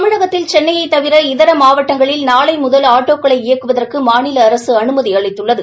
தமிழகத்தில் சென்னையை தவிர இதர மாவட்டங்களில் நாளை முதல் ஆட்டோக்களை இயக்குவதற்கு மாநில அரசு அனுமதி அளித்துள்ளது